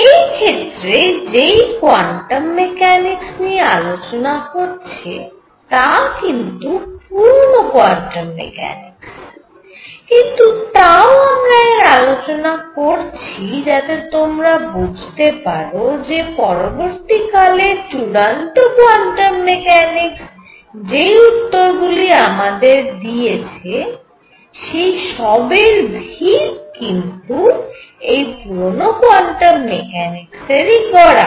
এই ক্ষেত্রেও যেই কোয়ান্টাম মেকানিক্স নিয়ে আলোচনা হচ্ছে তা কিন্তু পুরনো কোয়ান্টাম মেকানিক্স কিন্তু তাও আমরা এর আলোচনা করছি যাতে তোমরা বুঝতে পারো যে পরবর্তী কালে চূড়ান্ত কোয়ান্টাম মেকানিক্স যেই উত্তরগুলি আমাদের দিয়েছে সেই সবের ভীত কিন্তু এই পুরনো কোয়ান্টাম মেকানিক্সের গড়া